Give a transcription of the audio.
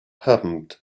happened